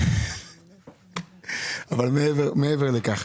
אבל מעבר לכך,